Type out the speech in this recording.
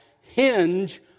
hinge